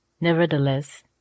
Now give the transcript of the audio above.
nevertheless